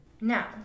Now